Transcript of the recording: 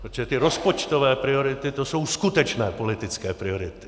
Protože rozpočtové priority jsou skutečné politické priority.